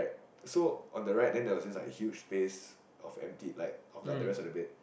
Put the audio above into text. so on the right then there was this like huge space of empty on like the rest of the bed